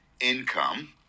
income